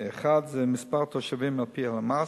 1. מספר התושבים על-פי הלמ"ס,